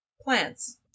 plants